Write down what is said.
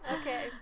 Okay